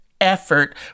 effort